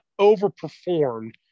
overperformed